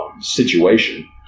situation